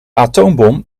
atoombom